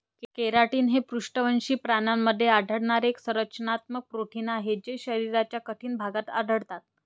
keratin हे पृष्ठवंशी प्राण्यांमध्ये आढळणारे एक संरचनात्मक प्रोटीन आहे जे शरीराच्या कठीण भागात आढळतात